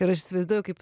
ir aš įsivaizduoju kaip